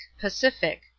pacific